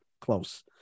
close